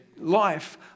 Life